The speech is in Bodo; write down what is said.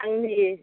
आंनि